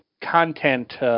content